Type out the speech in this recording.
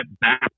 back